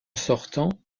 sortant